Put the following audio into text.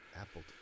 Apple